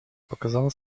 показала